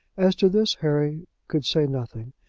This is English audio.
as to this harry could say nothing.